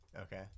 Okay